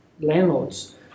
landlords